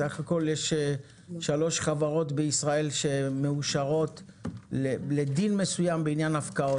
בסך הכול יש שלוש חברות בישראל שמאושרות לדין מסוים בעניין הפקעות.